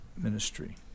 ministry